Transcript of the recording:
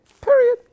Period